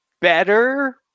better